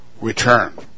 return